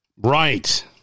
Right